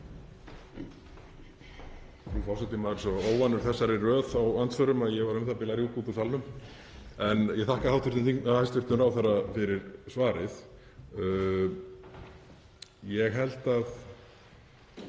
Ég held að